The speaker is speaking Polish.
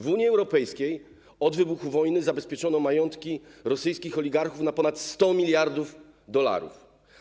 W Unii Europejskiej od wybuchu wojny zabezpieczono majątki rosyjskich oligarchów na ponad 100 mld dolarów.